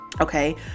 Okay